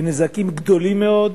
נזקים גדולים מאוד.